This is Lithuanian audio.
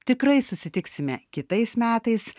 tikrai susitiksime kitais metais